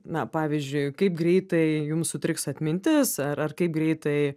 na pavyzdžiui kaip greitai jum sutriks atmintis ar kaip greitai